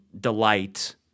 delight